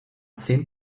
zehn